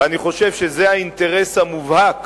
ואני חושב שזה האינטרס המובהק